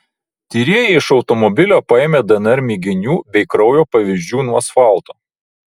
tyrėjai iš automobilio paėmė dnr mėginių bei kraujo pavyzdžių nuo asfalto